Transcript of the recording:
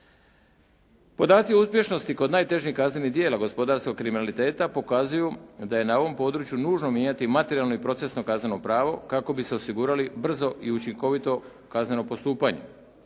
Podaci o uspješnosti kod najtežih kaznenih djela gospodarskog kriminaliteta pokazuju da je na ovom području nužno mijenjati materijalno i procesno kazneno pravo kako bi se osigurali brzo i učinkovito kazneno postupanje.